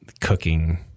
cooking